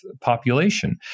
population